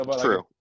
True